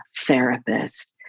therapist